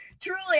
truly